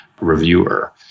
reviewer